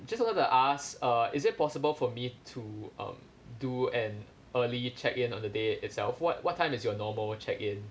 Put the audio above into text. just want to ask uh is it possible for me to um do an early check-in on the day itself what what time is your normal check-in